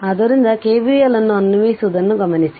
ಆದ್ದರಿಂದ KVL ಅನ್ನು ಅನ್ವಯಿಸುವುದನ್ನು ಗಮನಿಸಿ